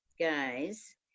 guys